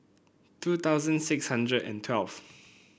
two thousand six hundred and twelve